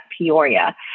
Peoria